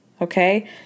Okay